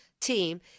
team